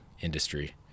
industry